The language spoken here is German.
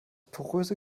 poröse